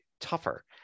tougher